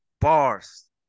Bars